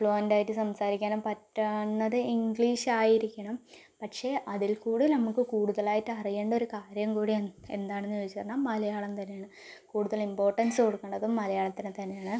ഫ്ലൂവന്റായിട്ട് സംസാരിക്കാനും പറ്റാവുന്നത് ഇംഗ്ലീഷ് ആയിരിക്കണം പക്ഷേ അതിൽ കൂടുതൽ നമുക്ക് കൂടുതലായിട്ട് അറിയേണ്ട ഒരു കാര്യം കൂടി എന്താണെന്ന് വച്ച് പറഞ്ഞാൽ മലയാളം തന്നെയാണ് കൂടുതൽ ഇംപോർട്ടൻസ് കൊടുക്കേണ്ടതും മലയാളത്തിന് തന്നെയാണ്